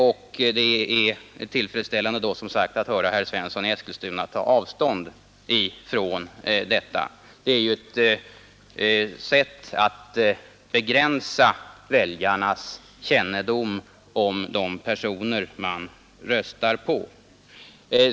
Det är då, som sagt, tillfredsställande att höra herr Svensson i Eskilstuna ta avstånd från detta. Det vore ju ett sätt att begränsa väljarnas kännedom om de personer de röstar på.